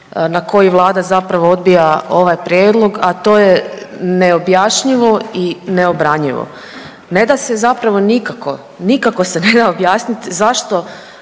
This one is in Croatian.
na koji Vlada zapravo odbija ovaj prijedlog, a to je neobjašnjivo i neobranjivo. Ne da se zapravo nikako, nikako se ne da objasnit zašto